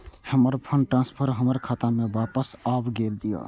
हमर fund transfer हमर खाता में वापस आब गेल या